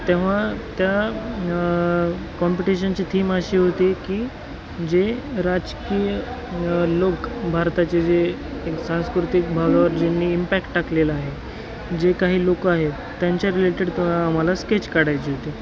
तेव्हा त्या कॉम्पिटिशनची थीम अशी होती की जे राजकीय लोक भारताचे जे एक सांस्कृतिक भागावर ज्यांनी इम्पॅक्ट टाकलेलं आहे जे काही लोकं आहेत त्यांच्या रिलेटेड आम्हाला स्केच काढायची होती